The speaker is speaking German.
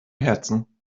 herzen